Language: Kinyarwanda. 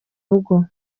rugo